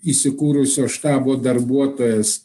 įsikūrusio štabo darbuotojas